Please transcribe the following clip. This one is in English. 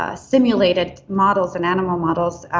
ah simulated models and animal models,